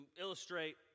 illustrate